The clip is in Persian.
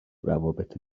روابط